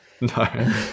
No